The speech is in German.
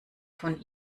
von